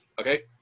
Okay